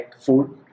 food